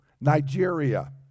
Nigeria